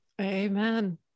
Amen